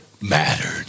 mattered